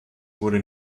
wurde